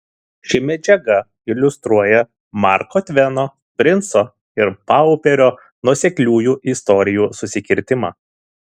ši medžiaga iliustruoja marko tveno princo ir pauperio nuosekliųjų istorijų susikirtimą